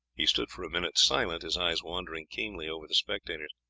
he stood for a minute silent, his eyes wandering keenly over the spectators.